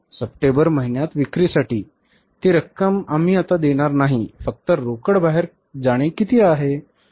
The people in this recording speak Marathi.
सप्टेंबर महिन्यात विक्रीसाठी ती रक्कम आम्ही आता देणार नाही फक्त रोकड बाहेर जाणे किती आहे